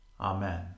Amen